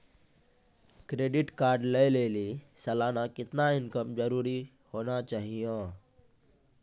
Credit card लय लेली सालाना कितना इनकम जरूरी होना चहियों?